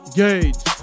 gauge